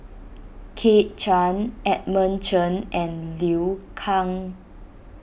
Kit Chan Edmund Chen and Liu Kang